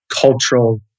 cultural